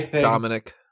Dominic